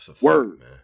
Word